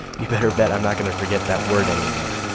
you better bet i'm not gonna forget that word anymore!